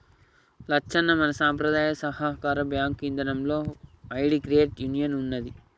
లచ్చన్న మన సంపద్రాయ సాకార బాంకు ఇదానంలో ఓటి క్రెడిట్ యూనియన్ ఉన్నదీ